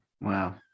wow